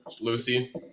Lucy